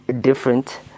different